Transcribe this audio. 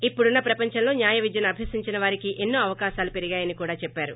ఇపుడున్న ప్రపంచంలో న్యాయ విద్యను అభ్వసించేవారికి ఎన్నో తొపకాశాలు పెరిగాయని కూడా చెప్పారు